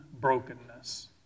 brokenness